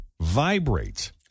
vibrates